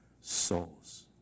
souls